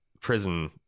prison